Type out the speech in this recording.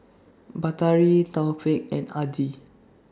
Batari Taufik and Adi